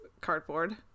cardboard